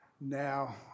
now